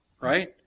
right